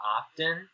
often